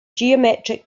geometric